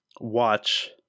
watch